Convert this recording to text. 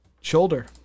Shoulder